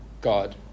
God